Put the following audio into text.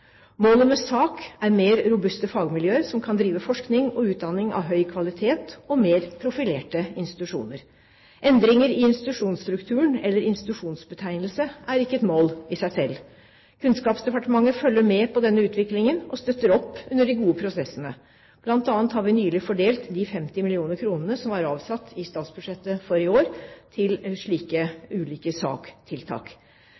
Målet med SAK er mer robuste fagmiljøer som kan drive forskning og utdanning av høy kvalitet, og mer profilerte institusjoner. Endringer i institusjonsstrukturen eller i institusjonsbetegnelse er ikke et mål i seg selv. Kunnskapsdepartementet følger med på denne utviklingen og støtter opp under de gode prosessene. Blant annet har vi nylig fordelt de 50 mill. kr som var avsatt i statsbudsjettet for i år til